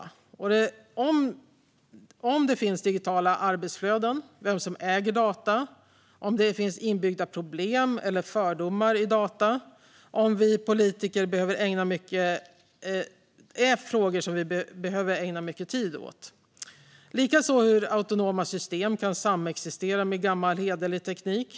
Frågor vi behöver ägna mycket tid åt är om det finns digitala arbetsflöden, vem som äger data, om det finns inbyggda problem eller fördomar i data. Det gäller likaså hur autonoma system kan samexistera med gammal hederlig teknik.